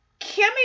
Kimmy